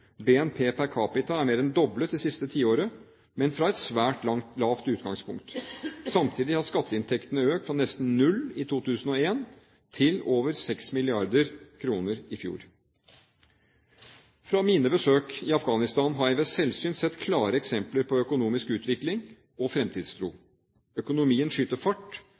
BNP per capita er mer enn doblet det siste tiåret, men fra et svært lavt utgangspunkt. Samtidig har skatteinntektene økt fra nesten null i 2001 til over 6 mrd. kr i fjor. Fra mine besøk i Afghanistan har jeg ved selvsyn sett klare eksempler på økonomisk utvikling og fremtidstro. Økonomien skyter fart.